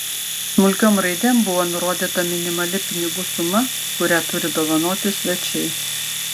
smulkiom raidėm buvo nurodyta minimali pinigų suma kurią turi dovanoti svečiai